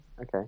Okay